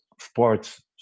sports